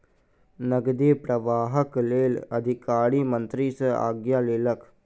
नकदी प्रवाहक लेल अधिकारी मंत्री सॅ आज्ञा लेलक